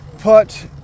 put